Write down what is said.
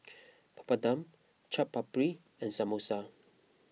Papadum Chaat Papri and Samosa